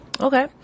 okay